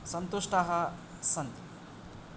सन्तुष्टाः सन्ति